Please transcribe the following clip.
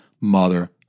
mother